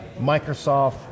Microsoft